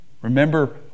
remember